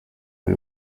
iri